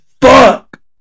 Fuck